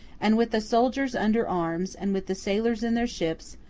and with the soldiers under arms, and with the sailors in their ships,